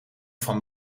van